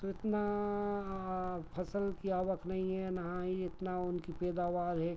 तो इतना फसल की आवक नहीं है ना ही इतना उनकी पैदावार है